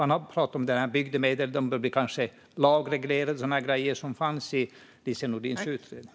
Man har pratat om bygdemedel, att det kanske behöver lagregleras och sådana grejer som fanns i Lise Nordins utredning.